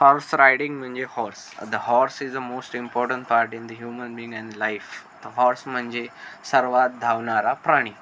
horse riding म्हणजे horse the horse is the most important part in the human being and life horse म्हणजे सर्वात धावणारा प्राणी